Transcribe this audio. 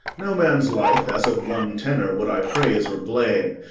no man's life as of one tenor would i praise or blame,